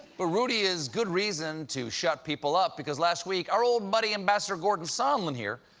but rudy has good reason to shut people up, because last week, our old buddy, ambassador gordon sondland here,